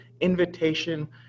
invitation